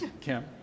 Kim